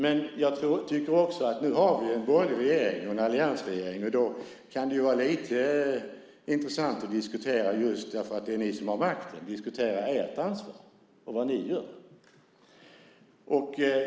Men jag tycker också att det nu när vi har en borgerlig regering, en alliansregering, kan vara lite intressant att diskutera ert ansvar och vad ni gör, just därför att det är ni som har makten.